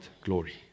glory